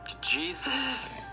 Jesus